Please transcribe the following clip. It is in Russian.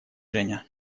женя